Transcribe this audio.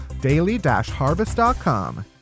daily-harvest.com